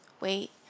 Wait